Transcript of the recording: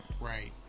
Right